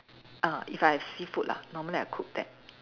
ah if I have seafood lah normally I cook that